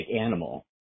animal